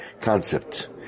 concept